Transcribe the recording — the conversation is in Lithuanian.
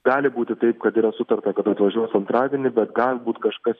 gali būti taip kad yra sutarta kad atvažiuos antradienį bet galbūt kažkas